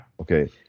okay